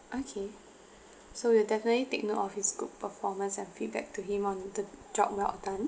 okay so we'll definitely take note of his good performance and feedback to him on the job well done